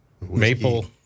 Maple